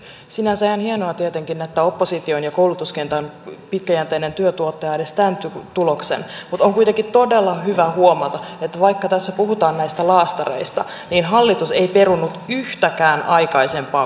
sinänsä ihan hienoa tietenkin että opposition ja koulutuskentän pitkäjänteinen työ tuottaa edes tämän tuloksen mutta on kuitenkin todella hyvä huomata että vaikka tässä puhutaan näistä laastareista niin hallitus ei perunut yhtäkään aikaisempaa koulutusleikkauspäätöstä